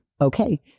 okay